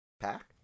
pack